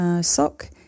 sock